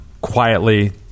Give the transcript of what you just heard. quietly